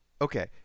Okay